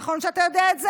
נכון שאתה יודע את זה?